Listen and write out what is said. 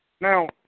Now